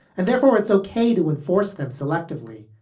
and therefore it's okay to enforce them selectively.